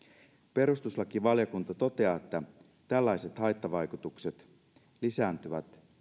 perustuslakivaliokunta toteaa että tällaiset haittavaikutukset lisääntyvät